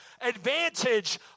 advantage